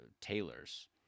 tailors